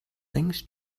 thanks